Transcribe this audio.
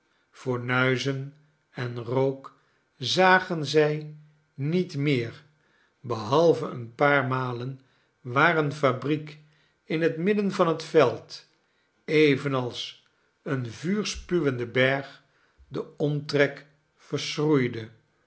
fornuizen en rook zagen zij niet meer behalve een paar malen waar eene fabriek in het midden van het veld evenals een vuurspuwende berg den omtrek